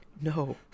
no